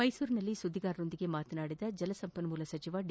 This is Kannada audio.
ಮೈಸೂರಿನಲ್ಲಿ ಸುದ್ದಿಗಾರರೊಂದಿಗೆ ಮಾತನಾಡಿದ ಜಲಸಂಪನ್ಮೂಲ ಸಚಿವ ಡಿ